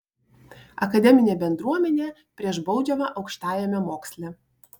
akademinė bendruomenė prieš baudžiavą aukštajame moksle